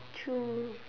true